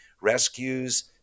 rescues